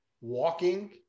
walking